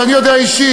שאני יודע אישית,